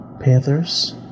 Panthers